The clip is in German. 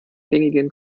gängigen